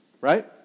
Right